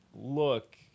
Look